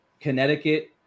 Connecticut